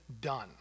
done